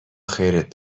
خیرت